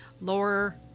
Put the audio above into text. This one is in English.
lower